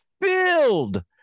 filled